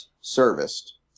serviced